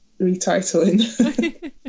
retitling